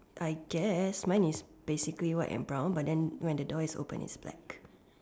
I guess mine is basically white and brown but then when the door is open it's black